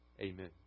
Amen